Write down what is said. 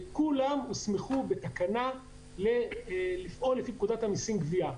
כולם הוסמכו לפעול לפי פקודת המסים (גבייה).